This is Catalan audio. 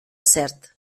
cert